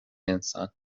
انسان